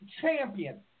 champion